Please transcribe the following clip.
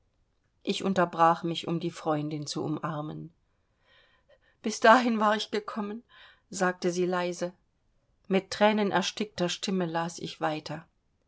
ich unterbrach mich um die freundin zu umarmen bis dahin war ich gekommen sagte sie leise mit thränenerstickter stimme las ich weiter